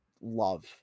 love